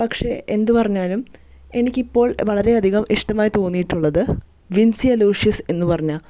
പക്ഷെ എന്ത് പറഞ്ഞാലും എനിക്കിപ്പോൾ വളരെയധികം ഇഷ്ടമായി തോന്നിയിട്ടുള്ളത് വിൻസി അലോഷ്യസ് എന്നു പറഞ്ഞ